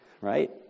Right